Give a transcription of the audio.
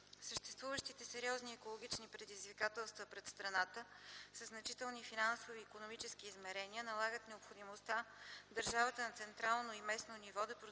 Съществуващите сериозни екологични предизвикателства пред страната със значителни финансови и икономически измерения налагат необходимостта държавата на централно и местно ниво да продължи